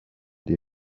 die